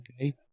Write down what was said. Okay